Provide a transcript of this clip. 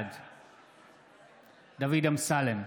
בעד דוד אמסלם,